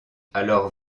alors